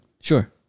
sure